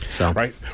Right